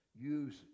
use